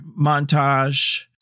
montage